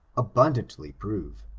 abund antly prove.